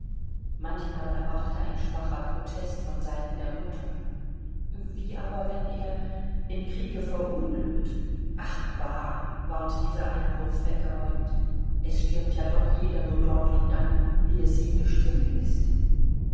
manchmal erwachte ein schwacher protest von seiten der mutter wie aber wenn er im kriege verunglückt ach bah ward dieser einwurf weggeräumt es stirbt ja doch jeder nur dort und dann wie es ihm bestimmt ist